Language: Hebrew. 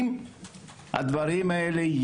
וכמובן גם בתחום של הפשיעה החקלאית.